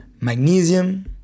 magnesium